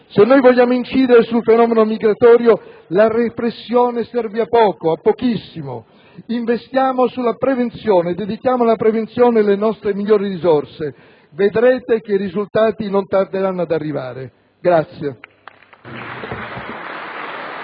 Se vogliamo incidere sul fenomeno migratorio la repressione serve a poco, a pochissimo. Investiamo sulla prevenzione. Dedichiamo alla prevenzione le nostre migliori risorse. Vedrete che i risultati non tarderanno ad arrivare. *(Applausi